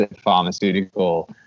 pharmaceutical